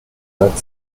hurt